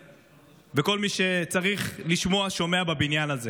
וכל מי שצריך לשמוע שומע בבניין הזה: